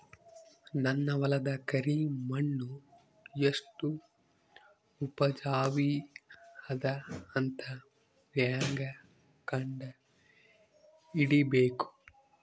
ನನ್ನ ಹೊಲದ ಕರಿ ಮಣ್ಣು ಎಷ್ಟು ಉಪಜಾವಿ ಅದ ಅಂತ ಹೇಂಗ ಕಂಡ ಹಿಡಿಬೇಕು?